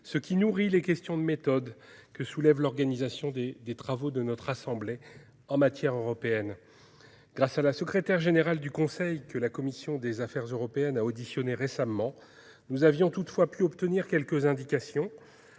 Cela nourrit nos interrogations sur la méthode suivie dans les travaux de notre assemblée en matière européenne. Grâce à la secrétaire générale du Conseil, que la commission des affaires européennes a auditionnée récemment, nous avons toutefois pu obtenir quelques indications